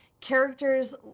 characters